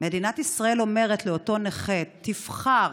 מדינת ישראל אומרת לאותו נכה: תבחר,